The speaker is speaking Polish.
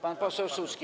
Pan poseł Suski.